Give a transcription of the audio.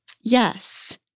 Yes